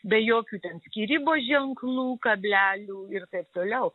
be jokių ten skyrybos ženklų kablelių ir taip toliau